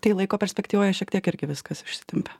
tai laiko perspektyvoje šiek tiek irgi viskas išsitempia